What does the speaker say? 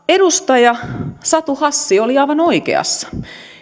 edustaja satu hassi oli aivan oikeassa